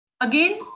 Again